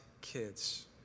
kids